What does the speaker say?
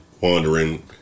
wandering